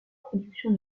production